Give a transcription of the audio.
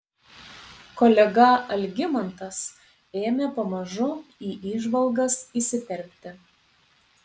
kolega algimantas ėmė pamažu į įžvalgas įsiterpti